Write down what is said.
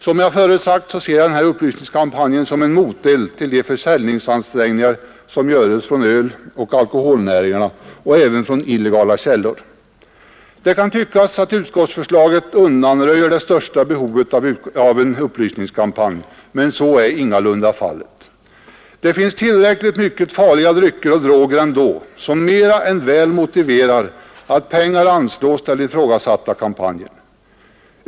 Som jag förut sagt, ser jag upplysningskampanjen som en moteld till de försäljningsansträngningar som görs från öloch alkoholnäringarna och även från illegala källor. Det kan tyckas att utskottsförslaget undanröjer det största behovet av en upplysningskampanj, men så är ingalunda fallet. Det finns tillräckligt mycket farliga drycker och droger ändå som mer än väl motiverar att pengar anslås till den föreslagna kampanjen.